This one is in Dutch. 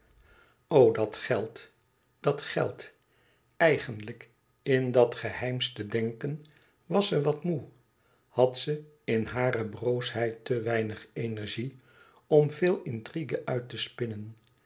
dat geld dat geld eigenlijk in dat geheimste denken was ze wat moê had ze in hare broosheid te weinig energie om veel intrigue uit te spinnen